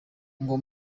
ngo